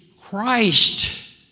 Christ